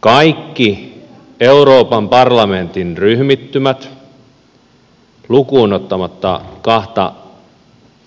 kaikki euroopan parlamentin ryhmittymät lukuun ottamatta kahta